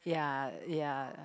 yeah yeah